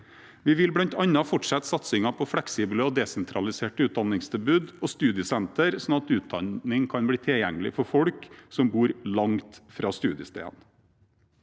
Vi vil bl.a. fortsette satsingen på fleksible og desentraliserte utdanningstilbud og studiesentre, slik at utdanning kan bli tilgjengelig for folk som bor langt fra studiestedene.